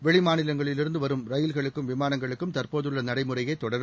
வெளி மாநிலங்களிலிருந்து வரும் ரயில்களுக்கும் விமானங்களுக்கும் தற்போதுள்ள நடைமுறையே தொடரும்